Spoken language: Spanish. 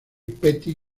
petty